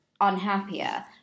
unhappier